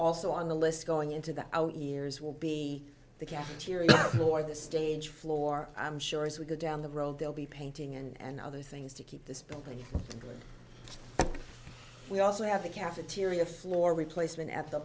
also on the list going into the out years will be the cafeteria or the stage floor i'm sure as we go down the road they'll be painting and other things to keep this but we also have a cafeteria floor replacement a